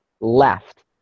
left